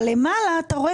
אבל למעלה אתה רואה,